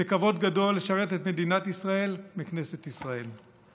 זה כבוד גדול לשרת את מדינת ישראל בכנסת ישראל.